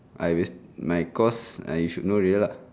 I waste my course uh you should know already lah